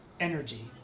energy